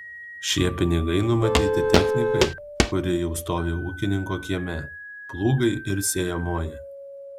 šie pinigai numatyti technikai kuri jau stovi ūkininko kieme plūgai ir sėjamoji